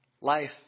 life